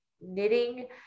knitting